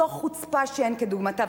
זו חוצפה שאין כדוגמתה,